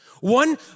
One